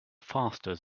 faster